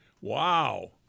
Wow